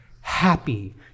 happy